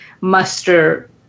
muster